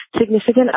significant